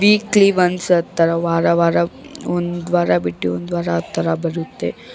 weekly once ಆ ಥರ ವಾರ ವಾರ ಒಂದು ವಾರ ಬಿಟ್ಟು ಒಂದು ವಾರ ಆ ಥರ ಬರುತ್ತೆ